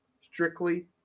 Strictly